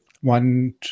one